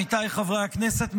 עמיתיי חברי הכנסת,